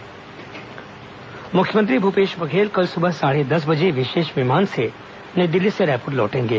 मुख्यमंत्री रायपुर मुख्यमंत्री भूपेश बघेल कल सुबह साढ़े दस बजे विशेष विमान से नई दिल्ली से रायपुर लौटेंगे